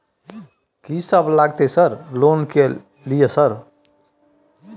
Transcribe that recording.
कि सब लगतै सर लोन ले के लिए सर?